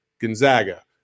Gonzaga